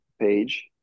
page